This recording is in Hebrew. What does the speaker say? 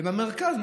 ובמרכז,